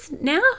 now